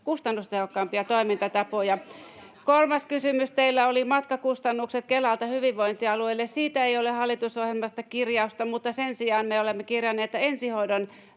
alueet sitten toivovat sitä?] Kolmas kysymys teillä oli matkakustannukset Kelalta hyvinvointialueille. — Siitä ei ole hallitusohjelmassa kirjausta, mutta sen sijaan me olemme kirjanneet, että ensihoidon